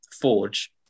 forge